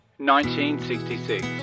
1966